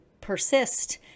persist